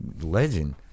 legend